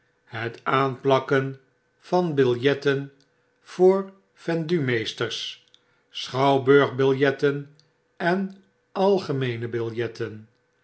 het aanplakken van biljetten voor vendumeesters schouwburgbiljetten en algemeene biljetten